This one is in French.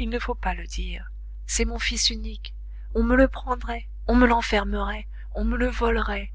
il ne faut pas le dire c'est mon fils unique on me le prendrait on me l'enfermerait on me le volerait